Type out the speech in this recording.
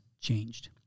changed